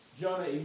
Jonah